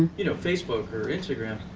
you know facebook or instagram.